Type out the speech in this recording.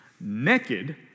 Naked